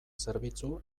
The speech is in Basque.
zerbitzu